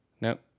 Nope